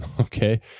Okay